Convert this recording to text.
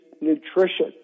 nutrition